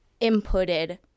inputted